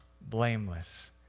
blameless